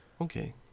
Okay